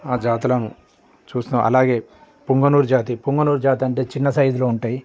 ఆ జాతులను చూస్తున్నాం అలాగే పొంగనూరు జాతి పొంగనూరు జాతి అంటే చిన్న సైజులో ఉంటాయి